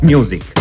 Music